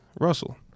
Russell